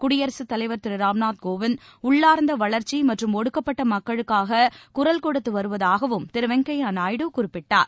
குடியரசுதலைவர் திருராம்நாத் கோவிந்த் உள்ளார்ந்தவளர்ச்சிமற்றும் ஒடுக்கப்பட்டமக்களுக்காககுரல் கொடுத்துவருவதாகவும் திருவெங்கய்யநாயுடு குறிப்பிட்டார்